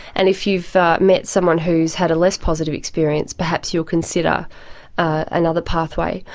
and if you've met someone who's had a less positive experience, perhaps you'll consider another pathway.